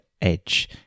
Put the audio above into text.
edge